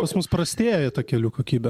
pas mus prastėja ta kelių kokybė